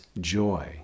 joy